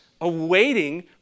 awaiting